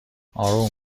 اروم